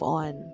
on